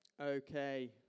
Okay